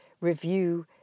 review